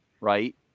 right